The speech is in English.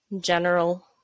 general